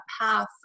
path